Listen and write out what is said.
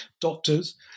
doctors